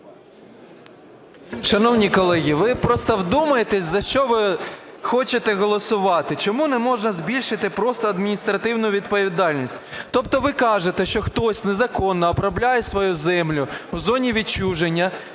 Шановні колеги, ви просто вдумайтесь, за що ви хочете голосувати. Чому не можна збільшити просто адміністративну відповідальність? Тобто ви кажете, що хтось незаконно обробляє свою землю в зоні відчуження,